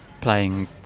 playing